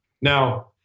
Now